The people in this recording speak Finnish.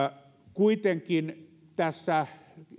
kuitenkin tässä